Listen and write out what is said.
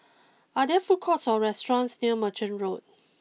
are there food courts or restaurants near Merchant Road